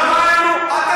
למה אין לנו?